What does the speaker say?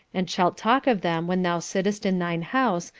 and shalt talk of them when thou sittest in thine house,